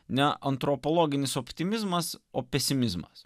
ne antropologinis optimizmas o pesimizmas